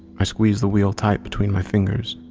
i squeezed the wheel tight between my fingers,